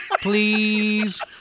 Please